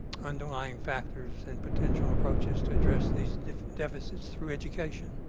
underlying factors and potential approaches to address these deficits through education.